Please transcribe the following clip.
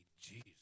Jesus